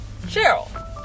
Cheryl